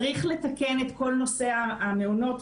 צריך לתקן את כל נושא המעונות,